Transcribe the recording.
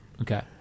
Okay